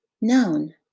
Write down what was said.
noun